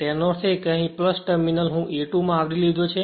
એનો અર્થ એ કે અહીં ટર્મિનલ હું A2 માં આવરી લીધો છું